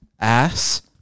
ass